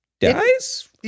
dies